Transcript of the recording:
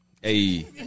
Hey